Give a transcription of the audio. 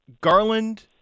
Garland